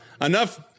enough